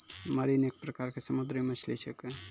marine एक प्रकार के समुद्री मछली छेकै